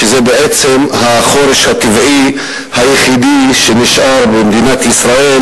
בעצם החורש הטבעי היחיד שנשאר במדינת ישראל,